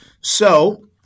So-